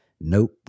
Nope